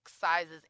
sizes